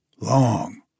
long